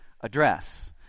address